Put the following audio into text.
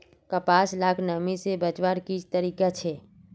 कपास लाक नमी से बचवार की तरीका छे?